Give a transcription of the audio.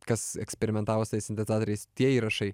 kas eksperimentavo su tais sintezatoriais tie įrašai